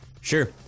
sure